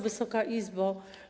Wysoka Izbo!